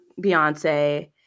Beyonce